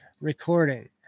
recording